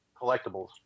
collectibles